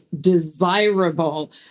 desirable